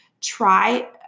try